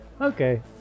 Okay